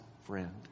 friend